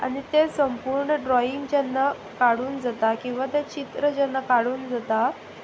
आनी तें संपूर्ण ड्रॉइंग जेन्ना काडून जाता किंवां तें चित्र जेन्ना काडून जाता